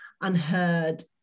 unheard